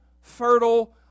fertile